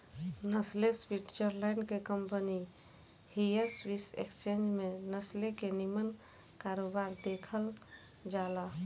Nestle Switzerland के company हिय Swiss exchange में नेस्ले के निमन कारोबार देखल जाला